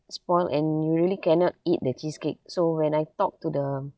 spoil and you really cannot eat the cheesecake so when I talk to the